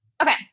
Okay